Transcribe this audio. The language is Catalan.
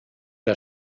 que